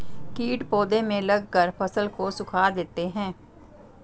कीट पौधे में लगकर फसल को सुखा देते हैं